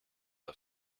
are